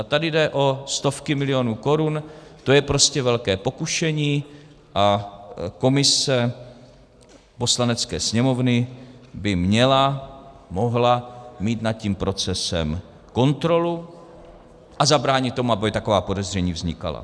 A tady jde o stovky milionů korun, to je prostě velké pokušení, a komise Poslanecké sněmovny by měla, mohla, mít nad tím procesem kontrolu a zabránit tomu, aby taková podezření vznikala.